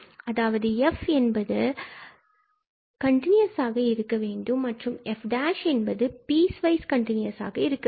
அதாவது f என்பது கன்டினுயஸாக இருக்க வேண்டும் மற்றும் f' என்பது பீஸ்வைஸ் கண்டினுஸாக இருக்க வேண்டும்